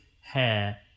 hair